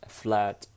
flat